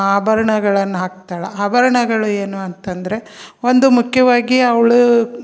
ಆಭರ್ಣಗಳನ್ನ ಹಾಕ್ತಾಳ ಆಭರಣಗಳು ಏನು ಅಂತ ಅಂದ್ರೆ ಒಂದು ಮುಖ್ಯವಾಗಿ ಅವಳು